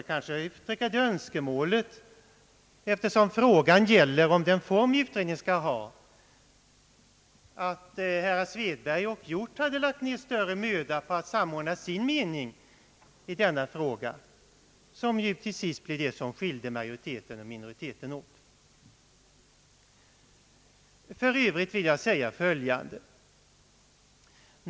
Eftersom frågan gäller vilken form uredningen skall ha, kan jag kanske uttrycka det önskemålet att herr Svedberg och herr Hjorth borde ha lagt ned större möda på att samordna sina meningar i denna fråga, vilken ju till sist blev den som delade utskottet i en majoritetsoch en minoritetsgrupp. För övrigt vill jag säga följande.